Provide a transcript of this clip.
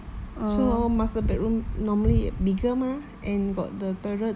also hor master bedroom normally bigger mah and got the toilet